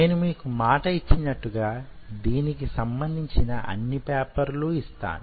నేను మీకు మాట ఇచ్చినట్టుగా దీనికి సంబంధించిన అన్ని పేపర్లు ఇస్తాను